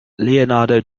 leonardo